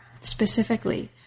specifically